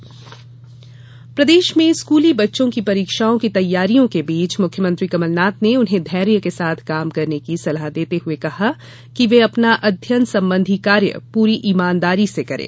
मुख्यमंत्री सलाह प्रदेश में स्कूली बच्चों की परीक्षाओं की तैयारियों के बीच मुख्यमंत्री कमलनाथ ने उन्हें धैर्य के साथ काम करने की सलाह देते हुए कहा है कि वे अपना अध्ययन संबंधी कार्य पूरी ईमानदारी से करें